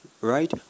right